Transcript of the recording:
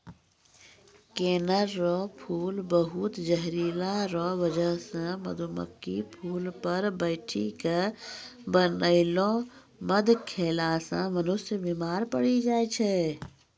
कनेर रो फूल बहुत जहरीला रो बजह से मधुमक्खी फूल पर बैठी के बनैलो मध खेला से मनुष्य बिमार पड़ी जाय छै